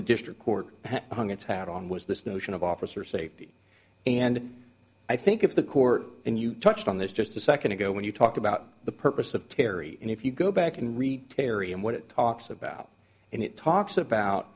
the district court hung its hat on was this notion of officer safety and i think if the court and you touched on this just a second ago when you talk about the purpose of terri and if you go back and read terri and what it talks about and it talks about